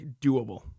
Doable